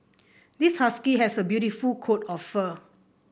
this husky has a beautiful coat of fur